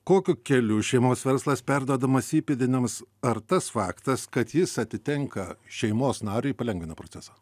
kokiu keliu šeimos verslas perduodamas įpėdiniams ar tas faktas kad jis atitenka šeimos nariui palengvina procesą